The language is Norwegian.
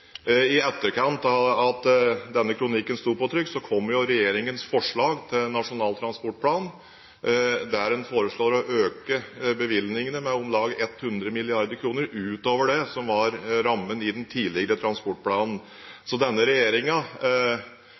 I etterkant av at denne kronikken sto på trykk, kom regjeringens forslag til Nasjonal transportplan, der en foreslår å øke bevilgningene med om lag 100 mrd. kr utover det som var rammen i den tidligere transportplanen. Så denne